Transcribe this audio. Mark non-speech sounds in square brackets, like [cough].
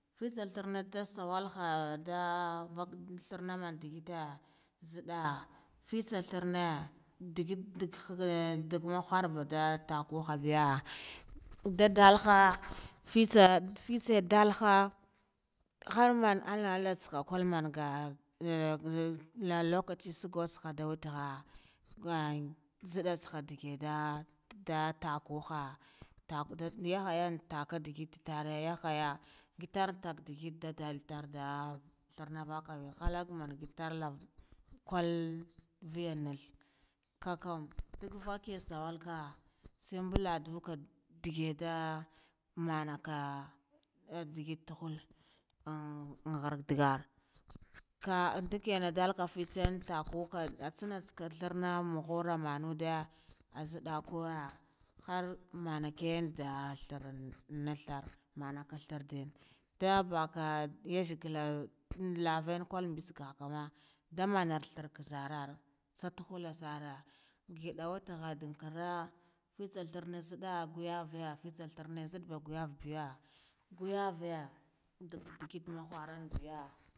Fitsa tserne ndasawalha ah duh vakh ntharne man digite, nzidda fitsa threne ndigite dogha nkwar baga tahuta biya nda dulba fitsa fitse ndalha har man allah allah manga tsaha kulmanga ng ng lokaci ngoh tsaha duh, wetegha nga nzidda tsaha degedah dah dakugha ntakada yahage antaka digite tare yahaya, ngig tare degete nda dal darda nthana kam halak mangi kurlave vennath kakkam dagvaki suwalka sai mbula duka ndigeda manaka [hesitation] dugutuhal an an har ndagar kha ndege na dalka ngu gye ah tsane tsake therna nguru manade, [hesitation] nzidda kaya har mana kindo threa nevotar manaka threa den ndabalka ah gazigila nlaven kwal mbeskakuma nda mana thread zarar satuhula sore ngide wetegha ndankora kwilsa ndorana nzidda goyave fitsa thread nzidda guyave biya nguyave dug degete.